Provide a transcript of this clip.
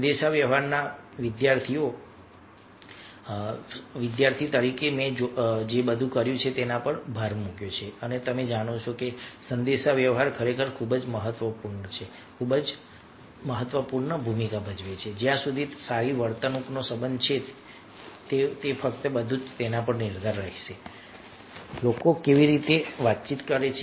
સંદેશાવ્યવહારના વિદ્યાર્થી તરીકે મેં જે બધું કર્યું છે તેના પર ભાર મૂક્યો છે કે તમે જાણો છો કે સંદેશાવ્યવહાર ખરેખર ખૂબ જ મહત્વપૂર્ણ છે ખૂબ જ મહત્વપૂર્ણ ભૂમિકા ભજવે છે જ્યાં સુધી સારી વર્તણૂકનો સંબંધ છે કારણ કે ફક્ત બધું જ તેના પર નિર્ભર રહેશે કે લોકો કેવી રીતે વાતચીત કરે છે